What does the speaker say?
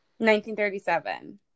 1937